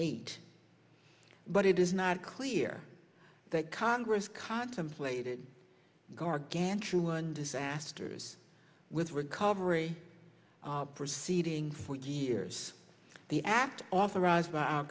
eight but it is not clear that congress contemplated gargantuan disasters with recovery proceeding for years the act authorized